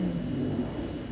mm mm